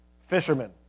Fishermen